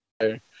Okay